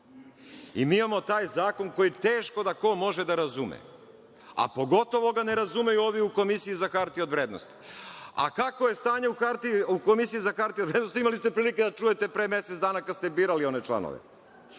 i mi imamo taj zakon koji teško da ko može da razume, a pogotovo ga ne razumeju ovi u Komisiji za hartije od vrednosti. Kakvo je stanje u Komisiji za hartije od vrednosti, imali ste prilike da čujete pre mesec dana kada ste birali one članove,